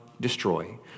destroy